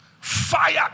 fire